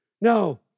No